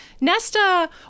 Nesta